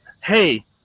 hey